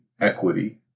equity